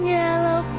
yellow